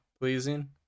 pleasing